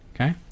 okay